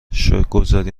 شکرگزاری